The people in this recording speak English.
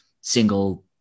single